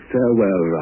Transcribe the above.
Farewell